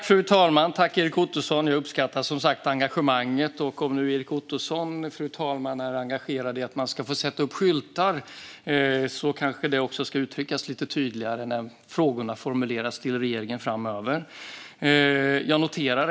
Fru talman! Jag uppskattar som sagt engagemanget. Om nu Erik Ottoson, fru talman, är engagerad i att man ska få sätta upp skyltar kanske det också ska uttryckas lite tydligare när frågorna till regeringen formuleras framöver.